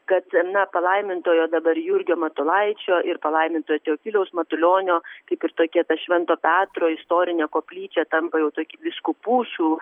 kad na palaimintojo dabar jurgio matulaičio ir palaimintojo teofiliaus matulionio kaip ir tokia ta švento petro istorinė koplyčia tampa jau tokia vyskupų šių